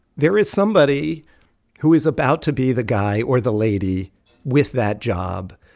there is somebody who is about to be the guy or the lady with that job